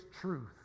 truth